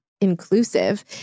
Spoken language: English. inclusive